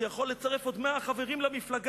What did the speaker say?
זה יכול לצרף עוד 100 חברים למפלגה,